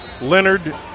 Leonard